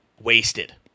wasted